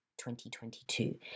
2022